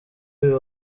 uyu